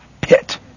pit